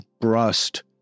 Brust